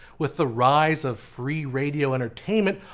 with the rise of free radio entertainment,